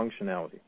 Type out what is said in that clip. functionality